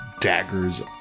daggers